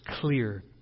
clear